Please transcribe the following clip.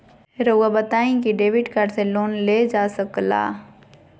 रहुआ बताइं कि डेबिट कार्ड से लोन ले सकल जाला?